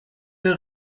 der